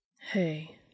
Hey